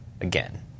again